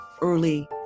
early